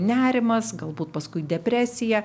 nerimas galbūt paskui depresija